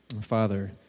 Father